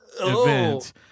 event